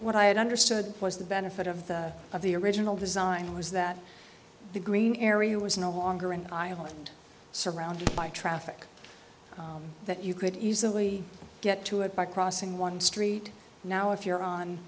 what i had understood was the benefit of the of the original design was that the green area was no longer an island surrounded by traffic that you could easily get to it by crossing one street now if you're on